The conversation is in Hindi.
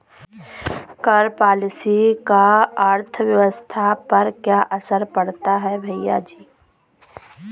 कर पॉलिसी का अर्थव्यवस्था पर क्या असर पड़ता है, भैयाजी?